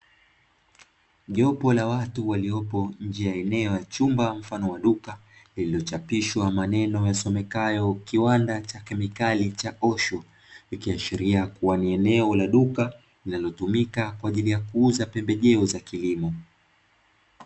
Jopo la watu waliopo nje ya eneo la chumba mfano wa duka lililochapishwa maneno yasomekayo kiwanda cha kemikali cha osho, ikiashiria kuwa ni eneo la duka linalotumika kwa ajili ya kuuza pembejeo za kilimo.